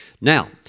Now